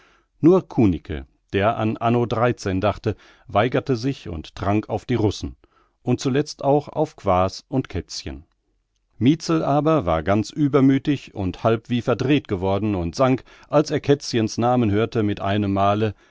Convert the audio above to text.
nur kunicke der an anno dreizehn dachte weigerte sich und trank auf die russen und zuletzt auch auf quaas und kätzchen mietzel aber war ganz übermüthig und halb wie verdreht geworden und sang als er kätzchens namen hörte mit einem male